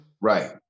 Right